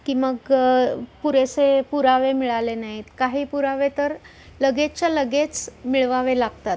की मग पुरेसे पुरावे मिळाले नाहीत काही पुरावे तर लगेचच्या लगेच मिळवावे लागतात